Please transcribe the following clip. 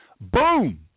Boom